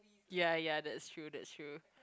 ya ya that's true that's true